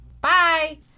Bye